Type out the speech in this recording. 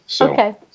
Okay